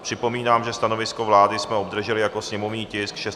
Připomínám, že stanovisko vlády jsme obdrželi jako sněmovní tisk 652/1.